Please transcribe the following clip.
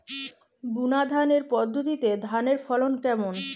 বুনাধানের পদ্ধতিতে ধানের ফলন কেমন?